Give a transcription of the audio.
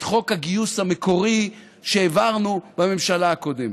חוק הגיוס המקורי שהעברנו בכנסת הקודמת.